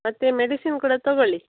ಮತ್ತೆ ಮೆಡಿಸಿನ್ ಕೂಡ ತೊಗೊಳ್ಳಿ